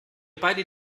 beide